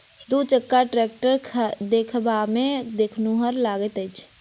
दू चक्का टेक्टर देखबामे देखनुहुर लगैत अछि